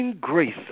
grace